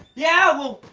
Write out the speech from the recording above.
yeah, well,